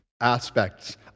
aspects